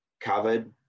covered